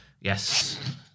Yes